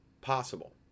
possible